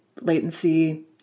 latency